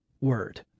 word